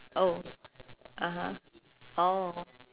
oh (uh huh) oh